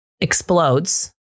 Explodes